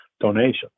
donation